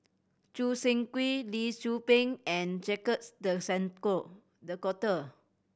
Choo Seng Quee Lee Tzu Pheng and Jacques De Coutre the